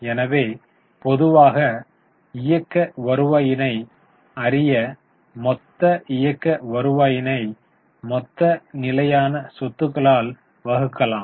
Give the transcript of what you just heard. எனவே பொதுவாக இயக்க வருவாயினை அறிய மொத்த இயக்க வருவாயினை மொத்த நிலையான சொத்துகளால் வகுக்கலாம்